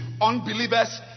unbelievers